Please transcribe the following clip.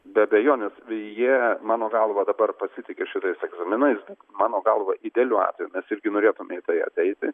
be abejonės jie mano galva dabar pasitiki šitais egzaminais mano galva idealiu atveju mes irgi norėtume į tai ateiti